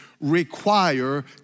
Require